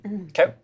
Okay